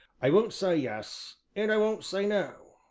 i won't say yes and i won't say no,